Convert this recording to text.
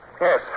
Yes